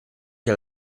que